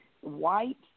white